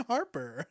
Harper